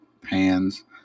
pans